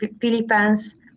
Philippines